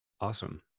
awesome